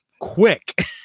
quick